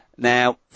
Now